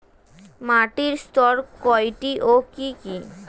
মাটির স্তর কয়টি ও কি কি?